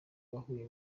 wahuye